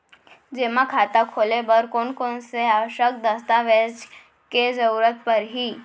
जेमा खाता खोले बर कोन कोन से आवश्यक दस्तावेज के जरूरत परही?